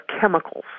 chemicals